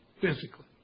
physically